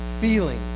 feeling